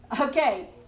Okay